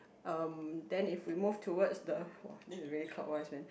um then if we move towards to the !wah! this is really clockwise man